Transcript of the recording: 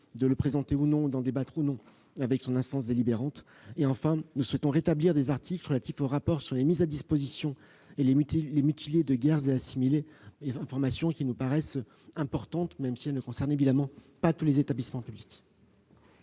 de le présenter ou non- nous en débattrons -à son instance délibérante. Sixièmement, nous souhaitons rétablir les articles relatifs aux rapports sur les mises à disposition et les mutilés de guerre et assimilés, des informations qui nous semblent importantes, même si elles ne concernent évidemment pas tous les établissements publics.